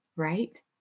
Right